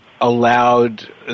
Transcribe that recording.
allowed